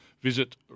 Visit